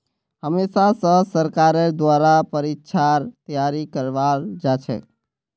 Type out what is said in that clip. हमेशा स सरकारेर द्वारा परीक्षार तैयारी करवाल जाछेक